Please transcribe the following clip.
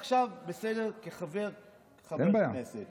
אבל כחבר כנסת,